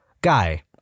Guy